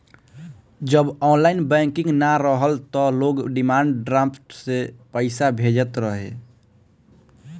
जब online banking नाइ रहल तअ लोग डिमांड ड्राफ्ट से पईसा भेजत रहे